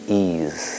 ease